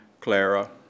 Clara